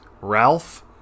Ralph